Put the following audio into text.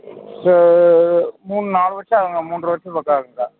மூணு நாலு வருஷம் ஆகும்கா மூன்றரை வருஷத்துக்கிட்ட ஆகுங்க்கா